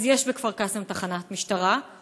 אז יש בכפר קאסם תחנת משטרה,